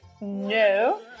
no